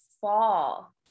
fall